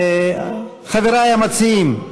חברי המציעים.